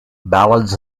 ballads